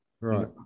Right